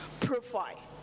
profile